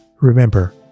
Remember